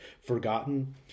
forgotten